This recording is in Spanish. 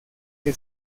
que